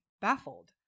baffled